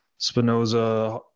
Spinoza